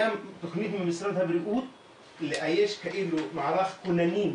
היה תוכנית ממשרד הבריאות לאייש מערך כוננים,